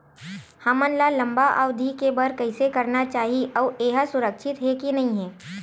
हमन ला लंबा अवधि के बर कइसे करना चाही अउ ये हा सुरक्षित हे के नई हे?